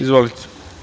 Izvolite.